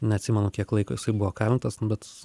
neatsimenu kiek laiko jisai buvo įkalintas nu bet